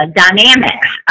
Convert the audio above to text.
dynamics